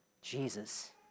Jesus